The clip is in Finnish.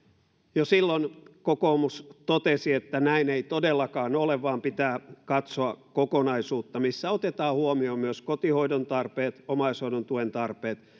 jo silloin kokoomus totesi että näin ei todellakaan ole vaan pitää katsoa kokonaisuutta missä otetaan huomioon myös kotihoidon tarpeet omaishoidon tuen tarpeet